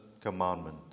commandment